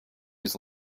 was